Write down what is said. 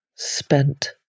Spent